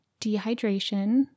dehydration